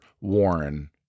Warren